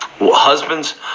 Husbands